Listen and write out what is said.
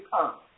come